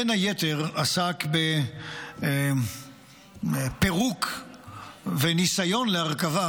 בין היתר הוא עסק בפירוק וניסיון להרכבה